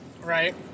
right